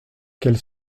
qu’elle